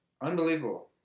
Unbelievable